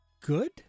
good